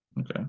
Okay